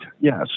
Yes